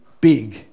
big